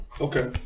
Okay